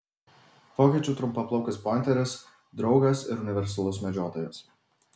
vokiečių trumpaplaukis pointeris draugas ir universalus medžiotojas